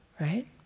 right